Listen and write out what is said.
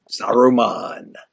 Saruman